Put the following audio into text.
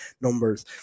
numbers